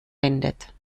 wendet